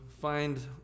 find